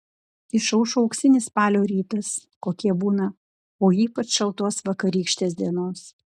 išaušo auksinis spalio rytas kokie būna po ypač šaltos vakarykštės dienos